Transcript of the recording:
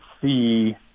see